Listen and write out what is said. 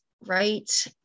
right